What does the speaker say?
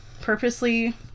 purposely